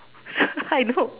I know